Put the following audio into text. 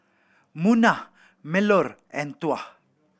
Munah Melur and Tuah